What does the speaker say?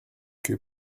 que